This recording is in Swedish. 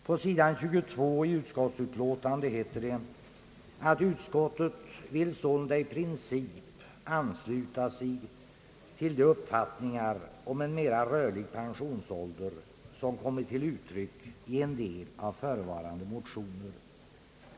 På s. 22 i utskottsutlåtandet heter det: »Utskottet vill sålunda i princip ansluta sig till de uppfattningar om en mera rörlig pensionsålder som kommit till uttryck i en del av förevarande motioner.